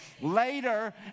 later